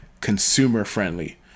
consumer-friendly